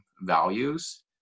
values